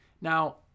Now